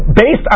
based